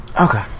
Okay